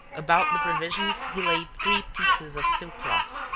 about the provisions he laid three pieces of silk cloth,